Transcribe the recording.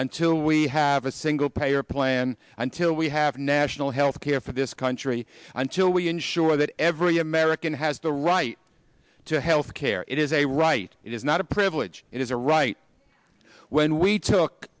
on till we have a single payer plan until we have national health care for this country until we ensure that every american has the right to health care it is a right it is not a privilege it is a right when we took